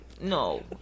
No